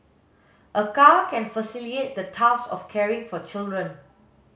a car can facilitate the task of caring for children